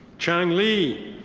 chang lee.